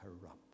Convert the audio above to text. corrupt